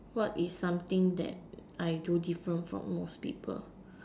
what is something that I do different from most people